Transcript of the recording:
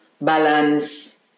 balance